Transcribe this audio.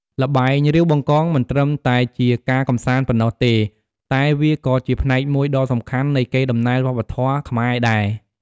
ល្បែង រាវបង្កង មិនត្រឹមតែជាការកម្សាន្តប៉ុណ្ណោះទេ តែវាក៏ជាផ្នែកមួយដ៏សំខាន់នៃកេរដំណែលវប្បធម៌ខ្មែរដែរ។